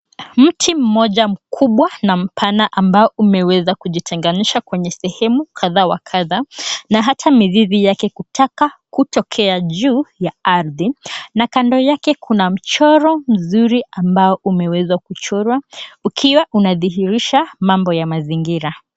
Mti mmoja mkubwa na mpana ambao umeweza kujitenganisha kwenye sehemu kadha wa kadha na hata mizizi yake kutaka kutokea juu ya ardhi na kando yake kuna mchoro mzuri ambao umeweza kuchorwa ukiwa unadhihirisha mambo ya mazingira.